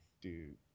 Dude